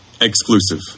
exclusive